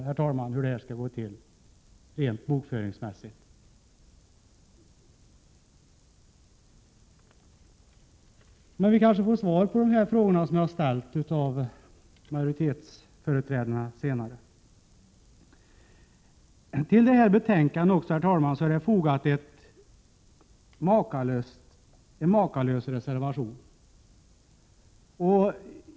Jag förstår inte hur det skall gå till rent bokföringsmässigt. Men vi kanske senare får svar av majoritetsföreträdarna på de frågor jag har ställt. Till detta betänkande har också fogats en makalös reservation.